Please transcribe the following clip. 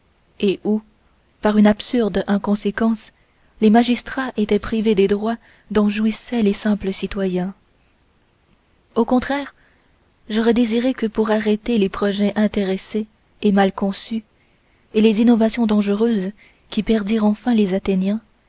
et où par une absurde inconséquence les magistrats étaient privés des droits dont jouissaient les simples citoyens au contraire j'aurais désiré que pour arrêter les projets intéressés et mal conçus et les innovations dangereuses qui perdirent enfin les